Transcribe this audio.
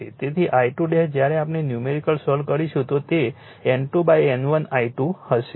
તેથી I2 જ્યારે આપણે ન્યૂમેરિકલ સોલ્વ કરીશું તો તે N2 N1 I2 હશે